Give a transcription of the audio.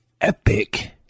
epic